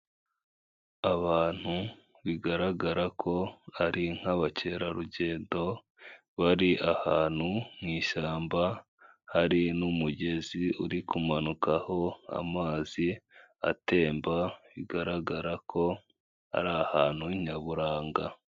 Abantu bigaragara ko ari nk'abakerarugendo bari ahantu mu ishyamba, hari n'umugezi uri kumanukaho amazi atemba, bigaragara ko ari ahantu nyaburanga.